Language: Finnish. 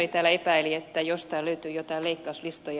skinnari epäili että jostain löytyy joitain leikkauslistoja